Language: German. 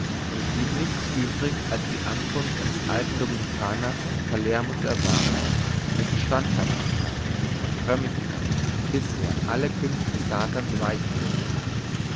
und es blieb nichts übrig als die ankunft eines alten dominikaners aus palermo zu erwarten dessen standhaftigkeit und frömmigkeit bisher alle künste des satans weichen mußten